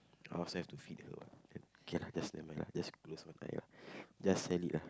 I also have to feed her what then K lah just never mind lah just close one eye lah just sell it lah